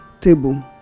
table